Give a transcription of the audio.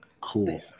Cool